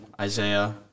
Isaiah